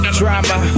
drama